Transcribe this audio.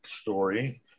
story